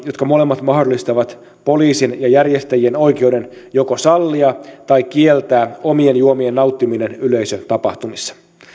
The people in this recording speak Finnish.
jotka molemmat mahdollistavat poliisin ja järjestäjien oikeuden joko sallia tai kieltää omien juomien nauttiminen yleisötapahtumissa